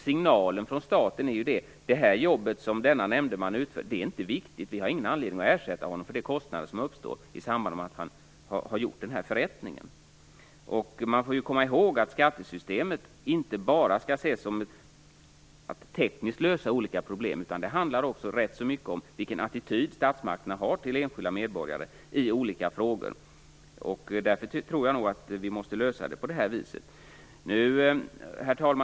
Signalen från staten blir ju att det jobb som nämndemannen utför inte är viktigt, och att det inte finns någon anledning att ersätta honom för de kostnader som uppstår i samband med förrättningen. Man får komma ihåg att skattesystemet inte bara skall ses som ett sätt att tekniskt lösa olika problem. Det handlar också rätt mycket om vilken attityd statsmakterna har till enskilda medborgare i olika frågor. Därför tror jag nog att vi måste lösa problemet på det här viset. Herr talman!